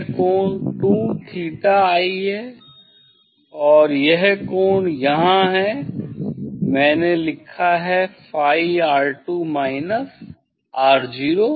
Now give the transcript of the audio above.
यह कोण 2 theta i है और यह कोण यहाँ है मैंने लिखा है phi R2 माइनस R0